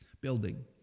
building